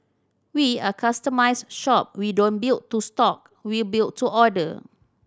we are a customised shop we don't build to stock we build to order